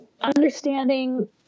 understanding